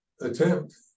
attempt